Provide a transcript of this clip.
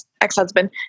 ex-husband